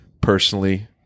personally